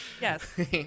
yes